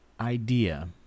idea